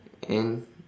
and